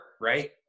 right